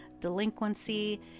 delinquency